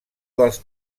dels